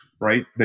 right